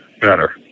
better